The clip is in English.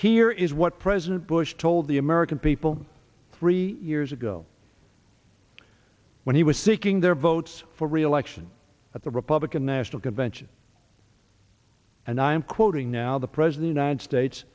here is what president bush told the american people three years ago when he was seeking their votes for reelection at the republican national convention and i'm quoting now the president nine states